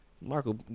Marco